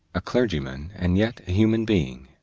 a clergyman and yet a human being,